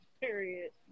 Period